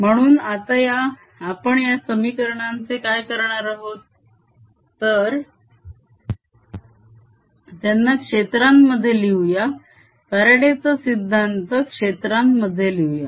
म्हणून आता आपण या समीकरणांचे काय करणार आहोत तर - त्यांना क्षेत्रांमध्ये लिहूया फ्यारडे चा सिद्धांत क्षेत्रांमध्ये लिहूया